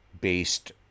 based